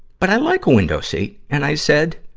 but i like a window seat, and i said,